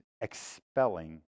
expelling